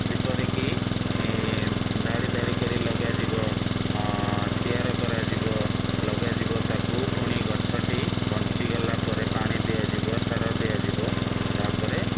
ଯେପରିକି ଧାଡ଼ି ଧାଡ଼ି କରି ଲଗାଯିବ ସିଆର କରାଯିବ ଲଗାଯିବ ତାକୁ ପୁଣି ଗଛଟି ବଞ୍ଚିଗଲା ପରେ ପାଣି ଦିଆଯିବ ସାର ଦିଆଯିବ ତା'ପରେ